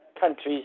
countries